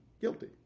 guilty